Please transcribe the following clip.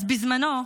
אז, בזמנו,